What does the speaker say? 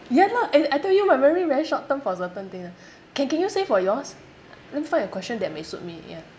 ya lah and I tell you my memory very short term for certain thing [one] can can you say for yours let me find a question that may suit me ya